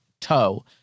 toe